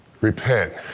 repent